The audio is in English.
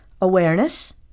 Awareness